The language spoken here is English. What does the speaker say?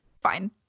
fine